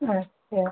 अच्छा